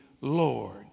Lord